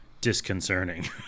disconcerting